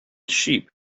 sheep